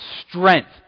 strength